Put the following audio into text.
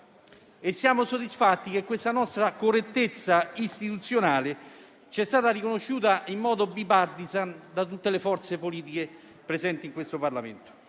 Siamo soddisfatti che questa nostra correttezza istituzionale ci sia stata riconosciuta in modo *bipartisan* da tutte le forze politiche presenti in questo Parlamento.